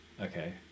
Okay